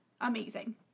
amazing